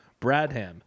Bradham